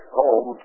home